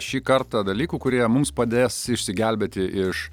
šį kartą dalykų kurie mums padės išsigelbėti iš